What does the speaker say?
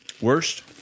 Worst